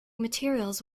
materials